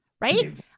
right